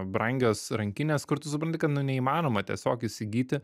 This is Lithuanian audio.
brangios rankinės kur tu supranti kad nu neįmanoma tiesiog įsigyti